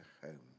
home